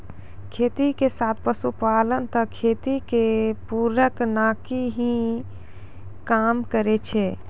खेती के साथ पशुपालन त खेती के पूरक नाकी हीं काम करै छै